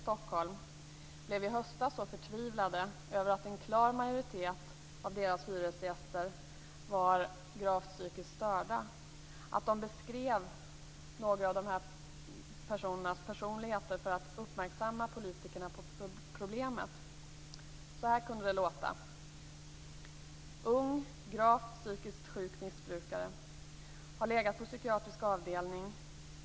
Stockholm blev i höstas så förtvivlade över att en klar majoritet av deras hyresgäster var gravt psykiskt störda att de beskrev några av dessa personers personligheter för att uppmärksamma politikerna på problemet. Så här kunde det låta: Ung, gravt psykiskt sjuk missbrukare. Har legat på psykiatrisk avdelning.